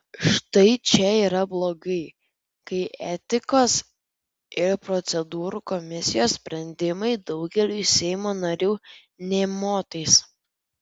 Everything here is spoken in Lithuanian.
štai čia yra blogai kai etikos ir procedūrų komisijos sprendimai daugeliui seimo narių nė motais